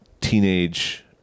teenage